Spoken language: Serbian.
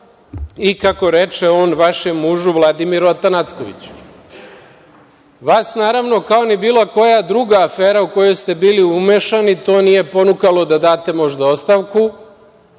i kako reče on, vašem mužu Vladimiru Atanackoviću. Vas naravno, ako ni bilo koja druga afera u koju ste bili umešani, to nije ponukalo da date možda ostavku,